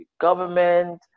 government